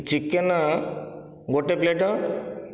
chicken ଗୋଟିଏ plate